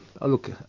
look